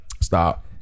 Stop